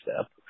step